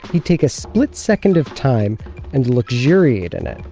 he'd take a split second of time and luxuriate in it.